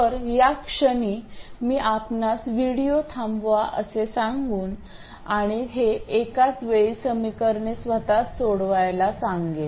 तर या क्षणी मी आपणास व्हिडिओ थांबवा असे सांगून आणि हे एकाचवेळी समीकरणे स्वतःच सोडवायला सांगेन